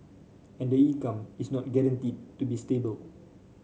and the income is not guaranteed to be stable